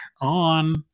on